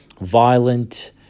violent